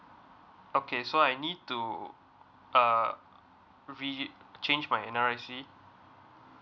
okay so I need to uh re change my N_R_I_C